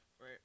Right